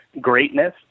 greatness